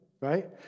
Right